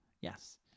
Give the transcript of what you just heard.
Yes